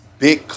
big